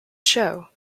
show